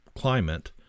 climate